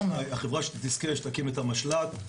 הכוונה היא שהחברה שתזכה תקים את המשל"ט,